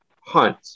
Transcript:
hunt